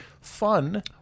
Fun